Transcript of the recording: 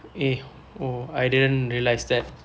eh oh I didn't realize that